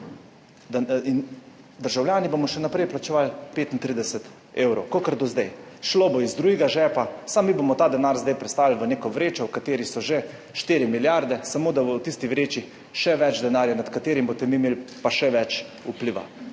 Državljani bomo še naprej plačevali 35 evrov, kakor do zdaj. Šlo bo iz drugega žepa, samo mi bomo ta denar zdaj prestavili v neko vrečo, v kateri so že štiri milijarde, samo da bo v tisti vreči še več denarja, nad katerim boste mi imeli pa še več vpliva.